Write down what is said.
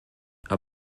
aber